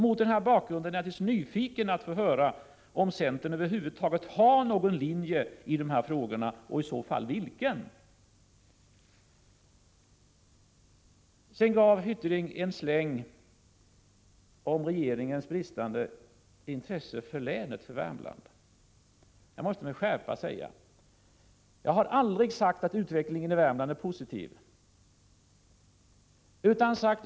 Mot denna bakgrund är jag naturligtvis nyfiken att få höra om centern över huvud taget har någon linje i dessa frågor och i så fall vilken. Hyttring gav regeringen en släng när han talade om dess bristande intresse för Värmlands län. Jag måste med skärpa framhålla att jag aldrig sagt att utvecklingen i Värmland är positiv.